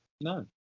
no